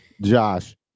Josh